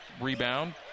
Rebound